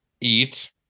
eat